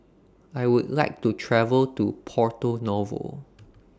I Would like to travel to Porto Novo